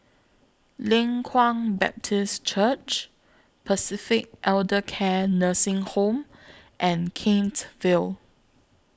Leng Kwang Baptist Church Pacific Elder Care Nursing Home and Kent Vale